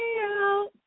out